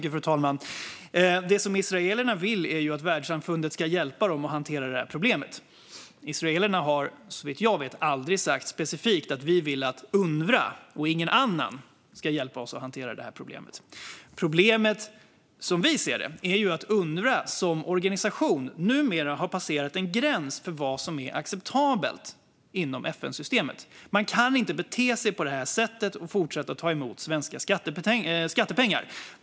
Fru talman! Det som israelerna vill är att världssamfundet ska hjälpa dem att hantera problemet. Israelerna har, såvitt jag vet, aldrig sagt specifikt att de vill att Unrwa och ingen annan ska hjälpa dem att hantera problemet. Problemet som vi ser det är att Unrwa som organisation numera har passerat en gräns för vad som är acceptabelt inom FN-systemet. Man kan inte bete sig på det sättet och fortsätta att ta emot svenska skattepengar.